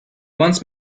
wants